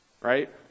Right